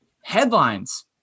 headlines